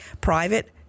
private